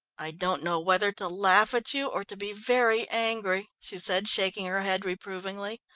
i don't know whether to laugh at you or to be very angry, she said, shaking her head reprovingly.